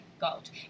gold